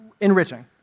enriching